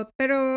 pero